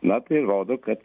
na tai rodo kad